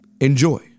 Enjoy